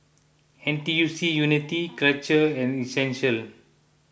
N T U C Unity Karcher and Essential